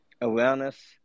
awareness